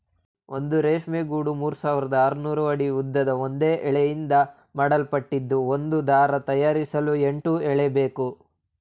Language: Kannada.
ಒಂದು ರೇಷ್ಮೆ ಗೂಡು ಮೂರ್ಸಾವಿರದ ಆರ್ನೂರು ಅಡಿ ಉದ್ದದ ಒಂದೇ ಎಳೆಯಿಂದ ಮಾಡಲ್ಪಟ್ಟಿದ್ದು ಒಂದು ದಾರ ತಯಾರಿಸಲು ಎಂಟು ಎಳೆಬೇಕು